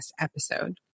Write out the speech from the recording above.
episode